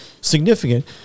significant